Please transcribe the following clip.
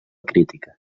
crítica